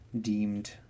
deemed